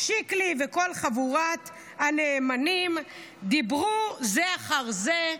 שיקלי וכל חבורת הנאמנים דיברו זה אחר זה,